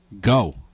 Go